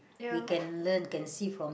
we can learn can see from